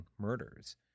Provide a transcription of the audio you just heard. murders